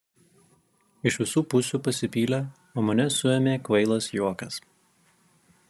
iš visų pusių pasipylė o mane suėmė kvailas juokas